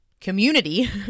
community